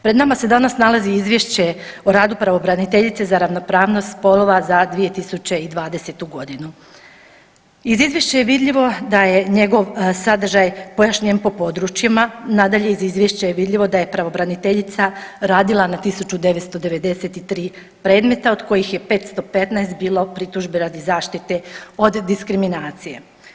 Pred nama se danas nalazi Izvješće o radu pravobraniteljice za ravnopravnost spolova za 2020.g. Iz izvješća je vidljivo da je njegov sadržaj pojašnjen po područjima, nadalje iz izvješća je vidljivo da je pravobraniteljica radila na 1993 predmeta od kojih je 515 bilo pritužbe radi zaštite od diskriminacije.